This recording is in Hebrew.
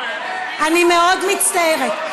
אני מאוד מצטערת.